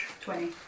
Twenty